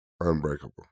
unbreakable